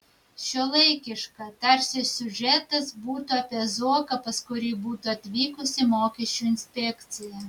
šiuolaikiška tarsi siužetas būtų apie zuoką pas kurį būtų atvykusi mokesčių inspekcija